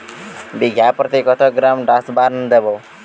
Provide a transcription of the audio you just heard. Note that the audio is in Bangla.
বিঘাপ্রতি কত গ্রাম ডাসবার্ন দেবো?